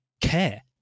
care